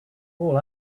all